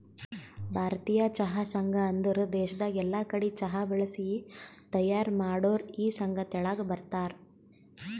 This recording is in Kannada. ಭಾರತೀಯ ಚಹಾ ಸಂಘ ಅಂದುರ್ ದೇಶದಾಗ್ ಎಲ್ಲಾ ಕಡಿ ಚಹಾ ಬೆಳಿಸಿ ತೈಯಾರ್ ಮಾಡೋರ್ ಈ ಸಂಘ ತೆಳಗ ಬರ್ತಾರ್